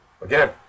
Again